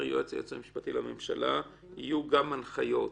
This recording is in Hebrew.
המשפטי לממשלה גם הנחיות